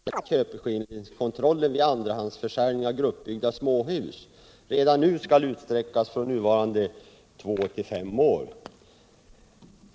Herr talman! I motionen 630, som behandlas i detta betänkande, har jag och Ivar Nordberg hemställt om att köpeskillingskontrollen vid andrahandsförsäljning av gruppbyggda småhus redan nu skall utsträckas från nuvarande två till fem år.